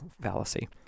fallacy